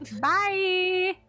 Bye